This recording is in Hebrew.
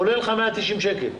עולה לך 190 שקל.